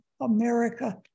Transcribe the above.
America